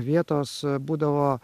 vietos būdavo